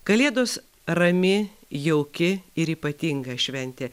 kalėdos rami jauki ir ypatinga šventė